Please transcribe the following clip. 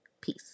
Peace